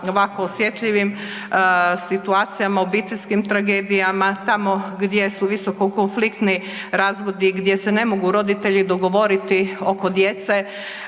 ovako osjetljivim situacijama, obiteljskim tragedijama tamo gdje su visoko konfliktni razvodi, gdje se ne mogu roditelji dogovoriti oko djece